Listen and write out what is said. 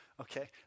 Okay